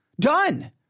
done